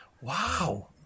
wow